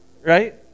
Right